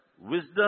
Wisdom